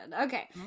Okay